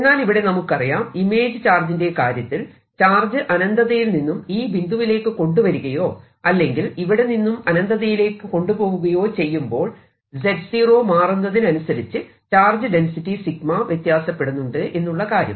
എന്നാൽ ഇവിടെ നമുക്കറിയാം ഇമേജ് ചാർജിന്റെ കാര്യത്തിൽ ചാർജ് അനന്തതയിൽ നിന്നും ഈ ബിന്ദുവിലേക്ക് കൊണ്ടു വരികയോ അല്ലെങ്കിൽ ഇവിടെനിന്നും അനന്തതയിലേക്ക് കൊണ്ടുപോകയോ ചെയ്യുമ്പോൾ z0 മാറുന്നതിന് അനുസരിച്ച് ചാർജ് ഡെൻസിറ്റി 𝜎 വ്യത്യാസപ്പെടുന്നുണ്ട് എന്നുള്ള കാര്യം